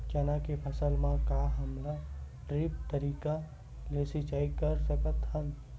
चना के फसल म का हमन ड्रिप तरीका ले सिचाई कर सकत हन?